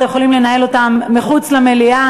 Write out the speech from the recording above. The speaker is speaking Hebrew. אתם יכולים לנהל אותן מחוץ למליאה.